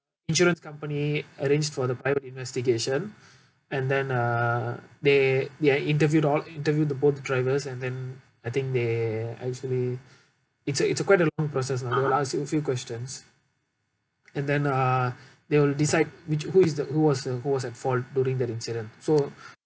insurance company arranged for the private investigation and then uh they they interviewed all interviewed the both drivers and then I think they actually it's a it's a quite a long process lah they will ask you a few questions and then uh they will decide which who is the who was a who was at fault during that incident so